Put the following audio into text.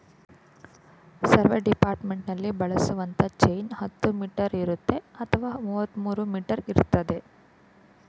survey ಡಿಪಾರ್ಟ್ಮೆಂಟ್ನಲ್ಲಿ ಬಳಸುವಂತ chain ಹತ್ತು ಮೀಟರ್ ಇರುತ್ತೆ ಅಥವಾ ಮುವತ್ಮೂರೂ ಮೀಟರ್ ಇರ್ತದೆ